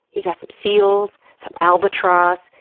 you got some seals, some albatross,